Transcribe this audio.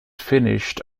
finished